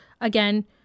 again